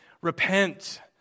repent